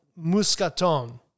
Muscaton